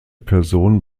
person